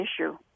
issue